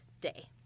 day